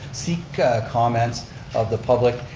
seek comments of the public,